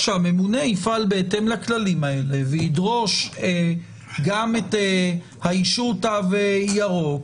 שהממונה יפעל בהתאם לכללים האלה וידרוש גם את האישור תו ירוק